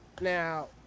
Now